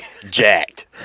jacked